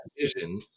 vision